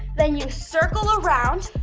then you circle around.